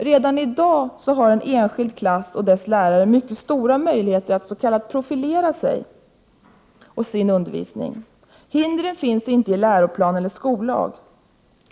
Redan i dag har en enskild klass och dess lärare mycket stora möjligheter att ”profilera” sig och sin undervisning. Hindren finns inte i läroplan eller skollag.